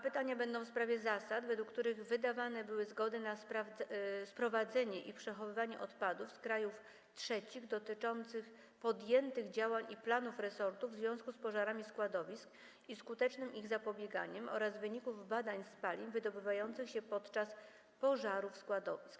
Pytania będą w sprawie zasad, według których wydawane były zgody na sprowadzanie i przechowywanie odpadów z krajów trzecich, dotyczących podjętych działań i planów resortu w związku z pożarami składowisk i skutecznym im zapobieganiem oraz wyników badań spalin wydobywających się podczas pożarów składowisk.